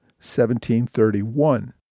1731